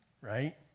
right